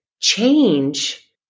change